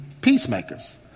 peacemakers